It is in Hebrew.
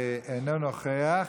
אינו נוכח.